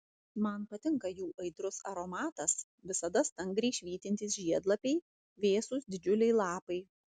man patinka jų aitrus aromatas visada stangriai švytintys žiedlapiai vėsūs didžiuliai lapai